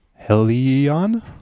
Helion